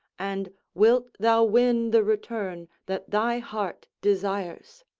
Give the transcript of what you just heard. and wilt thou win the return that thy heart desires?